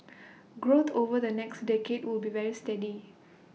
growth over the next decade will be very steady